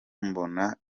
mbona